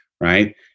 Right